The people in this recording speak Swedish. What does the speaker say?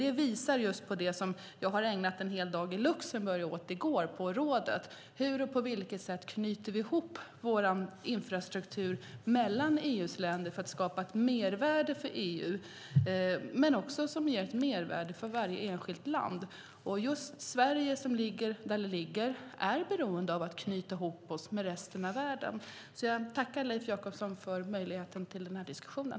Det sätter fokus på det som jag ägnade hela dagen i går åt på rådsmötet i Luxemburg, nämligen hur och på vilket sätt vi i EU:s länder knyter ihop vår infrastruktur för att skapa ett mervärde för EU och för varje enskilt land. Vi i Sverige är beroende av att knyta ihop oss med resten av världen. Jag tackar Leif Jakobsson för möjligheten till den här diskussionen.